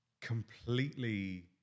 completely